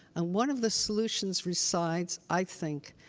and one of the solutions resides, i think,